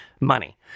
money